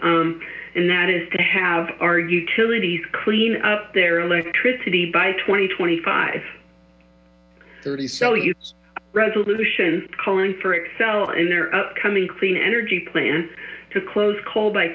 decarbonise and that is to have our utilities clean up their electricity by twenty twenty five thirty so you resolution calling for excel in their upcoming clean energy plan to close coal by